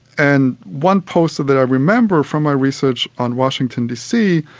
and one poster that i remember from my research on washington d. c,